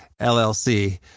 LLC